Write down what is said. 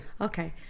Okay